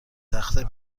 تخته